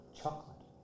chocolate